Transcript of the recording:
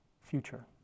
future